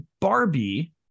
Barbie